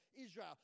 Israel